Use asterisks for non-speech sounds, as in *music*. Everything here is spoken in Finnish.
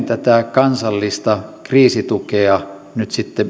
*unintelligible* tätä kansallista kriisitukea nyt sitten